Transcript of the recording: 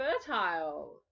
fertile